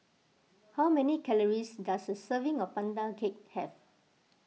how many calories does a serving of Pandan Cake have